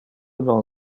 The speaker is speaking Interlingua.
non